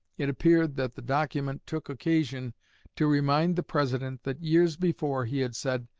it appeared that the document took occasion to remind the president that, years before, he had said,